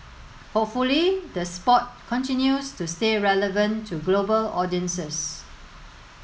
hopefully the sport continues to stay relevant to global audiences